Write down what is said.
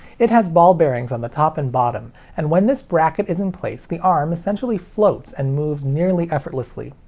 it has ball bearings on the top and bottom, and when this bracket is in place the arm essentially floats and moves nearly effortlessly.